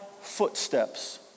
footsteps